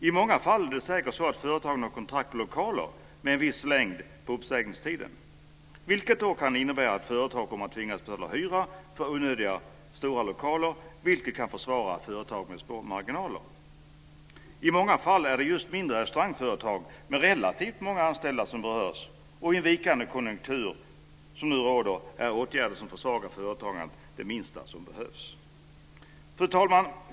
I många fall är det säkert så att företagen har kontrakt på lokaler med en viss längd på uppsägningstiden, vilket då kan innebära att företag kommer att tvingas betala hyra för onödiga, stora lokaler, vilket kan försvåra för företag med små marginaler. I många fall är det just mindre restaurangföretag med relativt många anställda som berörs, och i den vikande konjunktur som nu råder är åtgärder som försvagar företagandet det sista som behövs. Fru talman!